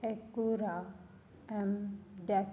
ਐਕੋਰਾ ਐਮਡੈਕਸ